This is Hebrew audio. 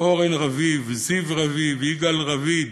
אורן רביב, זיו רביב, יגאל רביד,